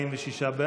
הצבעה.